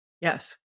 Yes